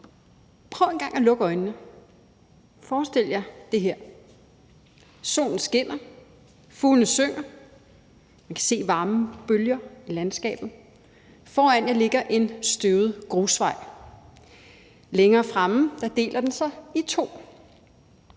Prøv engang at lukke øjnene, og forestil jer det her: Solen skinner, fuglene synger, man kan se varmen bølge i landskabet, foran jer ligger en støvet grusvej, længere fremme deler den sig i to.